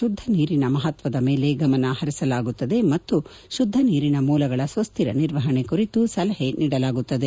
ಶುದ್ಧ ನೀರಿನ ಮಹತ್ಸದ ಮೇಲೆ ಗಮನ ಹರಿಸಲಾಗುತ್ತದೆ ಮತ್ತು ಶುದ್ದನೀರಿನ ಮೂಲಗಳ ಸುಸ್ತಿರ ನಿರ್ವಹಣೆ ಕುರಿತು ಸಲಹೆ ನೀಡಲಾಗುತ್ತದೆ